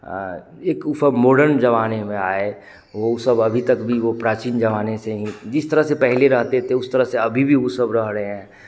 एक वो सब मॉडर्न ज़माने में आए वो सब अभी तक भी वो प्राचीन ज़माने से ही जिस तरह से पहले रहते थे उस तरह से अभी भी वो सब रह रहे हैं